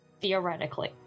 theoretically